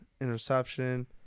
interception